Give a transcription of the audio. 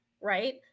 Right